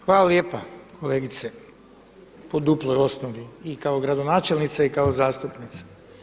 Hvala lijepa, kolegice, po duploj osnovi, i kao gradonačelnice i kao zastupnice.